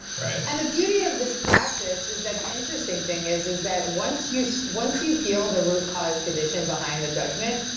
right? and the beauty of this practice is that the interesting thing is is that once once you heal the root cause condition behind the judgment,